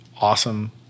awesome